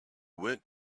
went